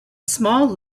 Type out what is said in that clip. small